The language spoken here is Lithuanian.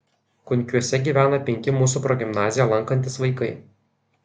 kunkiuose gyvena penki mūsų progimnaziją lankantys vaikai